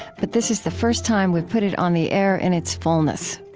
but this is the first time we've put it on the air in it's fullness.